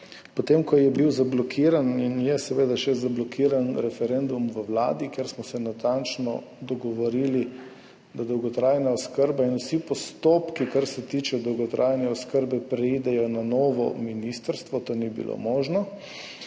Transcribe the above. Potem, ko je bil zablokiran, in je seveda še zablokiran, referendum v Vladi, kjer smo se natančno dogovorili, da dolgotrajna oskrba in vsi postopki, ki se tičejo dolgotrajne oskrbe, preidejo na novo ministrstvo, to ni bilo možno.